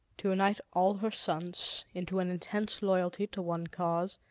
to unite all her sons into an intense loyalty to one cause,